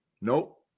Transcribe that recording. Nope